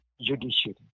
judiciary